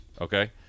Okay